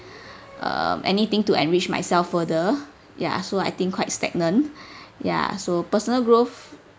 um anything to enrich myself further ya so I think quite stagnant ya so personal growth